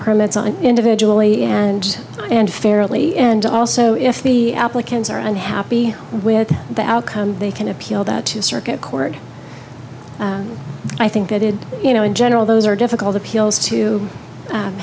permits and individually and and fairly and also if the applicants are unhappy with the outcome they can appeal that circuit court i think that is you know in general those are difficult appeals to